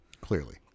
Clearly